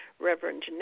Reverend